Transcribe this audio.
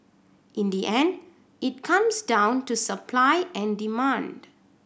in the end it comes down to supply and demand